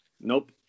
Nope